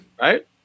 right